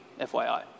FYI